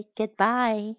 goodbye